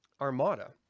armada